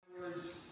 words